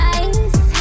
ice